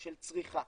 של צריכה.